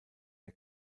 der